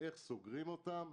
איך סוגרים אותם,